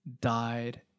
died